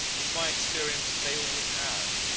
it's my experience they always have.